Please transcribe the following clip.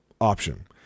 option